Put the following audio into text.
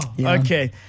Okay